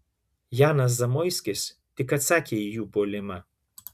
janas zamoiskis tik atsakė į jų puolimą